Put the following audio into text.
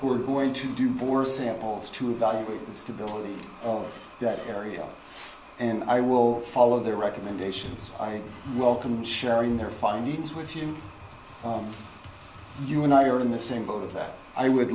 who are going to do bore samples to evaluate the stability on that area and i will follow their recommendations i welcome sharing their findings with you you and i are in the same boat that i would